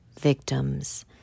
victims